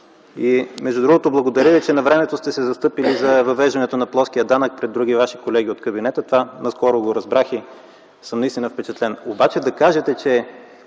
Между другото, благодаря Ви, че навремето сте се застъпили за въвеждането на плоския данък пред други Ваши колеги от кабинета. Това наскоро го разбрах и наистина съм впечатлен. Но да кажете, че